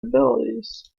abilities